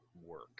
work